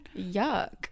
yuck